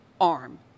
arm